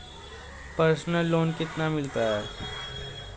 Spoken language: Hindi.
पर्सनल लोन कितना मिलता है?